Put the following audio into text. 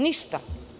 Ništa.